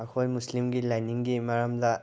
ꯑꯩꯈꯣꯏ ꯃꯨꯁꯂꯤꯝꯒꯤ ꯂꯥꯏꯅꯤꯡꯒꯤ ꯃꯔꯝꯗ